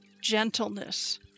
gentleness